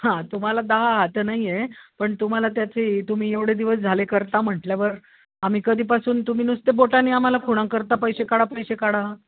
हां तुम्हाला दहा हात नाही आहे पण तुम्हाला त्याचे तुम्ही एवढे दिवस झाले करता म्हटल्यावर आम्ही कधीपासून तुम्ही नुसते बोटानी आम्हाला खुणा करता पैसे काढा पैसे काढा